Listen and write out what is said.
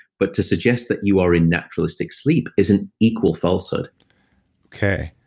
but to suggest that you are in naturalistic sleep is an equal falsehood okay.